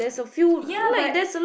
ya but